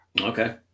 Okay